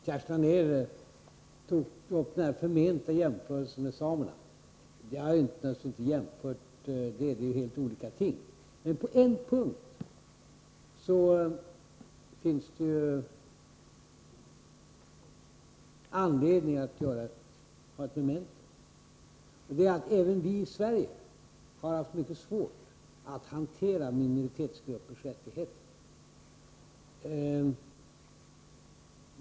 Herr talman! Det var bra att Kerstin Anér tog upp den förmenta jämförelsen med samerna. Jag har naturligtvis inte gjort en sådan jämförelse — det är helt olika ting. Men på en punkt finns det anledning till ett memento: Även vi i Sverige har haft mycket svårt att hantera minoritetsgruppers rättigheter.